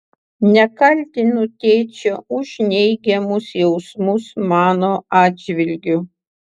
nekaltinu tėčio už neigiamus jausmus mano atžvilgiu